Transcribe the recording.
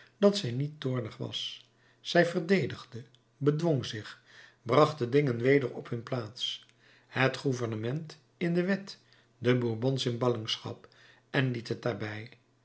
dat zij niet toornig was zij verdedigde bedwong zich bracht de dingen weder op hun plaats het gouvernement in de wet de bourbons in ballingschap en liet het daarbij